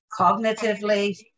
cognitively